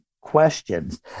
questions